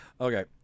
Okay